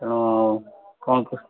ତେଣୁ କ'ଣ